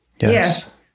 Yes